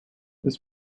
this